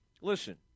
listen